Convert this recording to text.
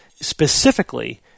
specifically –